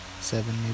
seven